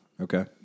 Okay